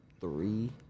three